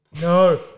no